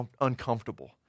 uncomfortable